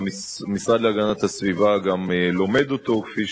מענה להגנת האוכלוסייה בשעת פיצוץ או תקלה או כל סיבה